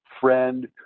friend